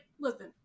listen